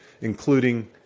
including